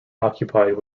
occupied